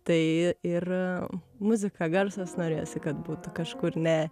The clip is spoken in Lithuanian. tai yra muzika garsas norėjosi kad būtų kažkur ne